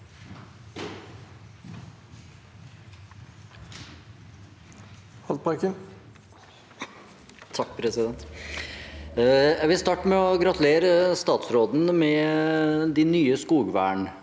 Jeg vil starte med å gratulere statsråden med de nye skogvernområdene